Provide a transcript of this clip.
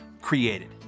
created